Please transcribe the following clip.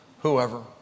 whoever